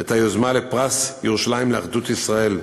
את היוזמה לפרס ירושלים לאחדות ישראל,